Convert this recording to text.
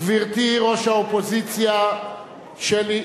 גברתי ראש האופוזיציה שלי,